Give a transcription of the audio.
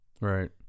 right